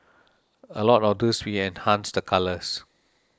a lot of tooth we enhanced the colours